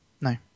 No